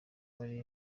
wari